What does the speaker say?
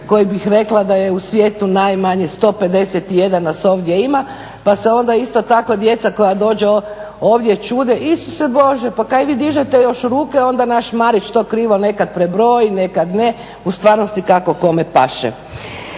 koji bih rekla da je u svijetu najmanje 151 nas ovdje ima pa se onda isto tako djeca koja dođu ovdje čude "Isuse Bože, pa kaj vi dižete još ruke?", onda naš Marić to krivo nekad prebroji, nekad ne, u stvarnosti kako kome paše.